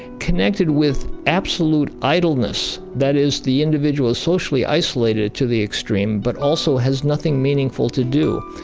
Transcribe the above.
connected with absolute idleness. that is the individual socially isolated to the extreme but also has nothing meaningful to do.